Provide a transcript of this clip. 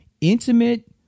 intimate